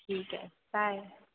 ठीक आहे बाय